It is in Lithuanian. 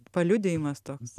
paliudijimas toks